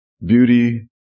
Beauty